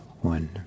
one